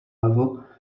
level